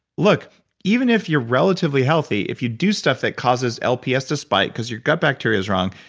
look, even if you're relatively healthy, if you do stuff that causes lps to spike because your gut bacteria is wrong,